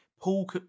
Paul